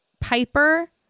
Piper